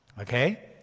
okay